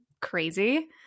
Crazy